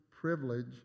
privilege